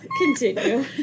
Continue